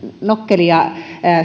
nokkelia